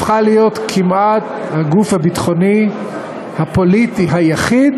הפכה להיות הגוף הביטחוני הפוליטי היחיד